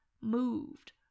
moved